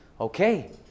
okay